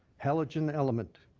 halogen element.